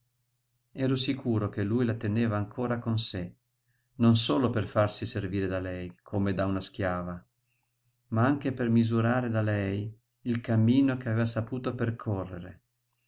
ero sicuro che lui la teneva ancora con sé non solo per farsi servire da lei come da una schiava ma anche per misurare da lei il cammino che aveva saputo percorrere